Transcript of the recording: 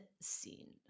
scene